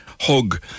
hug